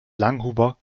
langhuber